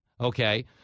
okay